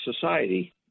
society